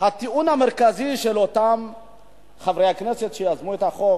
הטיעון המרכזי של אותם חברי הכנסת שיזמו את החוק,